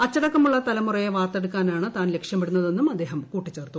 അച്ചടക്കമുള്ള തലമുയെ വാർത്തെടുക്കാനാണ് താൻ ലക്ഷ്യമിടുന്നതെന്നും അദ്ദേഹം കൂട്ടിച്ചേർത്തു